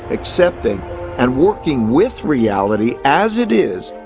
accepting, and working with reality as it is,